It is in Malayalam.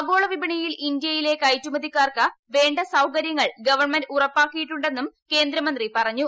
ആഗോള വിപണിയിൽ ഇന്ത്യയിലെ കയറ്റുമതിക്കാർക്ക് വേണ്ട സൌകര്യങ്ങൾ ന ഗവൺമെന്റ് ഉറപ്പാക്കിയിട്ടുണ്ടെന്നും കേന്ദ്രമന്ത്രി പറഞ്ഞു